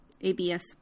ABS